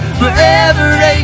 forever